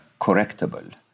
correctable